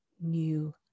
new